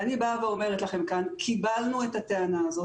אני אומרת לכם כאן שקיבלנו את הטענה הזאת,